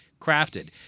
crafted